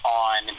on